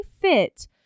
fit